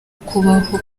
kubaho